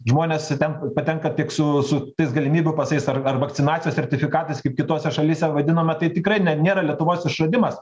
žmonės ten patenka tik su su tais galimybių pasais ar ar vakcinacijos sertifikatais kaip kitose šalyse vadinama tai tikrai nėra lietuvos išradimas